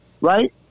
right